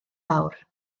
fawr